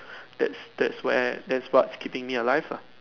that's that's where that's what's keeping me alive lah